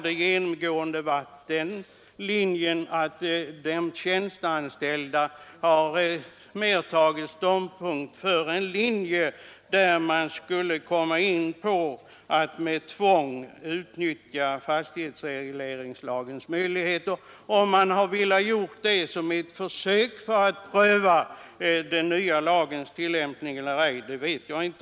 De tjänstean ställda har mer tagit ståndpunkt för den linjen att man med tvång skulle utnyttja fastighetsregleringslagens möjligheter. Om man har velat göra det som ett försök för att pröva den nya lagens tillämpning eller ej vet jag inte.